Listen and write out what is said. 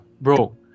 bro